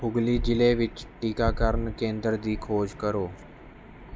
ਹੂਗਲੀ ਜ਼ਿਲ੍ਹੇ ਵਿੱਚ ਟੀਕਾਕਰਨ ਕੇਂਦਰ ਦੀ ਖੋਜ ਕਰੋ